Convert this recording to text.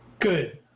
Good